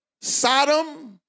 Sodom